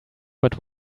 but